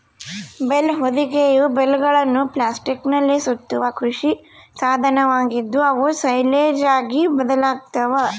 bale ಹೊದಿಕೆಯು ಬೇಲ್ಗಳನ್ನು ಪ್ಲಾಸ್ಟಿಕ್ನಲ್ಲಿ ಸುತ್ತುವ ಕೃಷಿ ಸಾಧನವಾಗಿದ್ದು, ಅವು ಸೈಲೇಜ್ ಆಗಿ ಬದಲಾಗ್ತವ